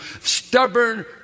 stubborn